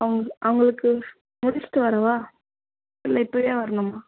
அவுங் அவங்களுக்கு முடிச்சுட்டு வரவா இல்லை இப்போயே வரணுமா